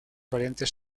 variantes